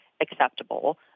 acceptable